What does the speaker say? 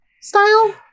style